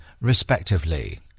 respectively